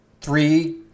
three